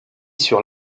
sur